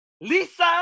Lisa